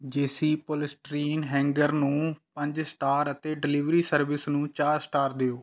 JC polystyrene hanger ਨੂੰ ਪੰਜ star ਅਤੇ ਡਿਲੀਵਰੀ ਸਰਵਿਸ ਨੂੰ ਚਾਰ ਸਟਾਰ ਦਿਓ